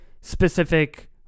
specific